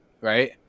right